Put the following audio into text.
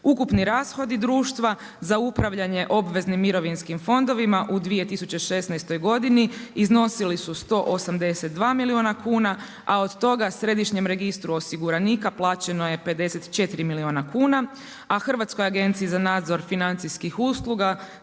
Ukupni rashodi društva, za upravljanje obveznim mirovinskim fondovima u 2016. godini, iznosili su 182 milijuna kuna, a od toga središnjem registru osiguranika, plaćeno je 54 milijuna kuna, a Hrvatskoj agenciji za nadzor financijskih usluga